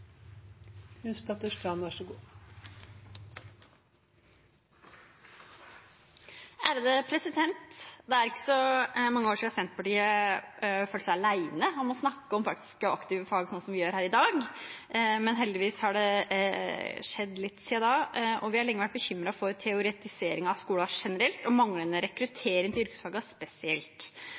er ikke så mange år siden Senterpartiet følte seg alene om å snakke om praktiske og aktive fag sånn som vi gjør her i dag, men heldigvis har det skjedd litt siden. Vi har lenge vært bekymret for teoretiseringen av skolen generelt og manglende rekruttering til yrkesfagene spesielt.